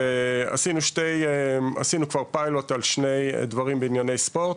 עשינו כבר פיילוט על שני דברים בענייני ספורט,